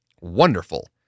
Wonderful